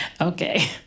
Okay